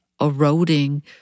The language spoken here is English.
eroding